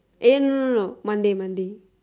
eh no no no monday monday